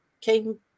came